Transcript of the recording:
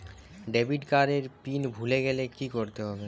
Debit card এর PIN ভুলে গেলে কি করতে হবে?